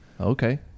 Okay